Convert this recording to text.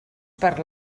per